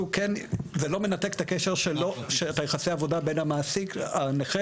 זה לא מנתק את יחסי העבודה בין המעסיק הנכה